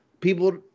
people